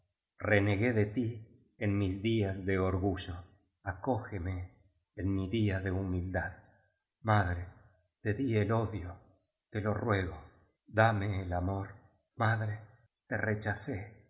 renegué de ti en mis días de orgullo acógeme en mi día de humildad madre te di el odio te lo ruego dame el amor madre te rechacé